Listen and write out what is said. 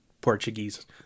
Portuguese